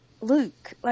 Luke